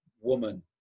woman